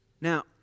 Now